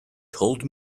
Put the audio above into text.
told